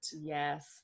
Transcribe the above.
yes